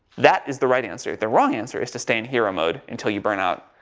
that is the right answer. the wrong answer is to stay in hero mode until you burnout,